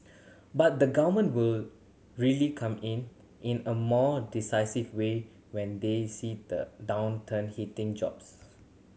but the Govern will really come in in a more decisive way when they see the downturn hitting jobs